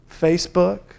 Facebook